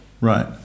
Right